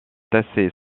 assez